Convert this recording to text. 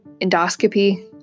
endoscopy